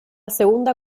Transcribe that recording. segunda